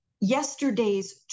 Yesterday's